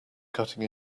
cutting